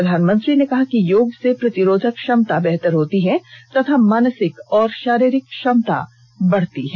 प्रधानमंत्री ने कहा किं योग से प्रतिरोधक क्षमता बेहतर होती है तथा मानेसिक और शारीरिक सक्षमता बढ़ती है